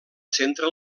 centre